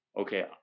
Okay